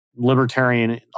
libertarian